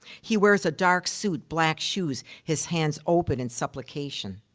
he wears a dark suit, black shoes, his hands open in supplication.